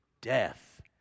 death